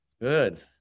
Good